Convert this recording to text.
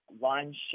lunch